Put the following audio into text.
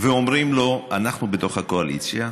ואומרים לו: אנחנו בתוך הקואליציה,